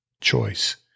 choice